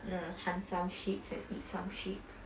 nah hunt some sheeps and eat some sheeps